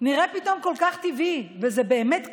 נראה פתאום כל כך טבעי, וזה באמת כך.